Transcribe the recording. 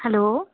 hello